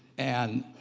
and